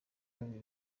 bibiri